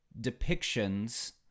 depictions